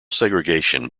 segregation